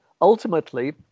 Ultimately